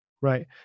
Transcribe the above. Right